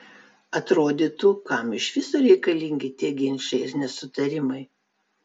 atrodytų kam iš viso reikalingi tie ginčai ir nesutarimai